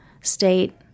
state